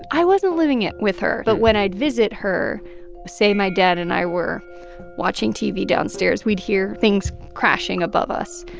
i wasn't living at with her. but when i'd visit her say my dad and i were watching tv downstairs we'd hear things crashing above us.